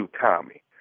Tommy